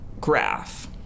graph